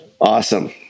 Awesome